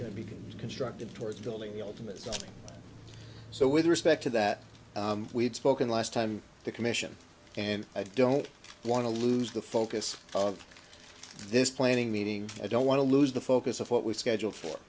going to be constructive towards building the ultimate so with respect to that we've spoken last time the commission and i don't want to lose the focus of this planning meeting i don't want to lose the focus of what we schedule for